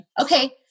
Okay